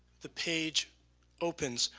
the page opens,